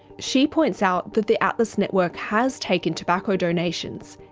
she points out that the atlas network has taken tobacco donations,